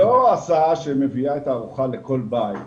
זו לא הסעה שמביאה את הארוחה לכל בית.